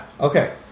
Okay